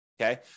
okay